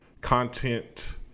content